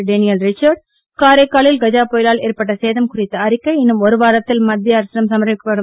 Daniel Richard காரைக்காலில் கஜா புயலால் ஏற்பட்ட சேதம் குறித்த அறிக்கை இன்னும் ஒரு வாரத்தில் மத்திய அரசிடம் சமர்பிக்கப்படும்